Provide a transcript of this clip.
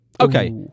Okay